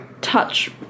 touch